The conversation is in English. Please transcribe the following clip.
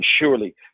surely